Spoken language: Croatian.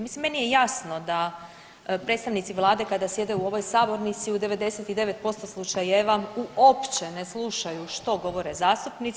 Mislim meni je jasno da predstavnici Vlade kada sjede u ovoj sabornici u 99% slučajeva uopće ne slušaju što govore zastupnici.